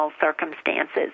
circumstances